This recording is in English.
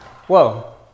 Whoa